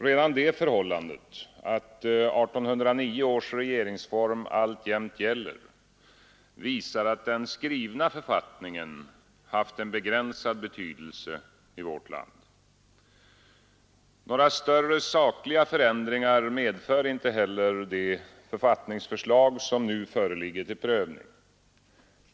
Redan det förhållandet att 1809 års regeringsform alltjämt gäller, visar att den skrivna författningen haft en begränsad betydelse i vårt land. Några större sakliga förändringar medför inte heller det författningsförslag som nu föreligger till prövning.